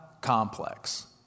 complex